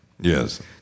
Yes